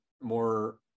more